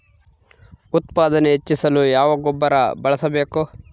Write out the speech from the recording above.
ಉತ್ಪಾದನೆ ಹೆಚ್ಚಿಸಲು ಯಾವ ಗೊಬ್ಬರ ಬಳಸಬೇಕು?